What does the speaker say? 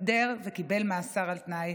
התפטר וקיבל מאסר על תנאי,